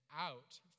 out